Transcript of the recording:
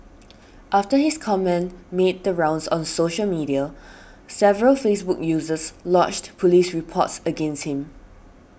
after his comment made the rounds on social media several Facebook users lodged police reports against him